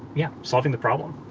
yeah, solving the problem.